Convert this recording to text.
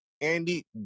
Andy